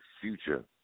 Future